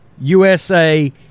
USA